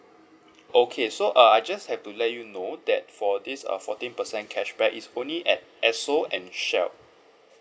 okay so uh I just have to let you know that for this uh fourteen percent cashback is only at esso and shell